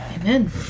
Amen